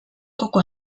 coco